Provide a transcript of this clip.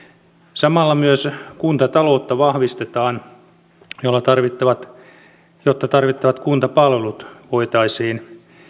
samalla myös kuntataloutta vahvistetaan jotta tarvittavat kuntapalvelut voitaisiin